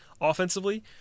offensively